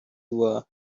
world